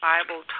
Bible